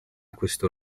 questo